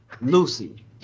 lucy